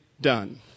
done